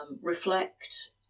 reflect